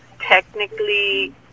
technically